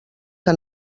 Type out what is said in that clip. que